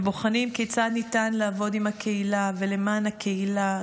הם בוחנים כיצד ניתן לעבוד עם הקהילה ולמען הקהילה,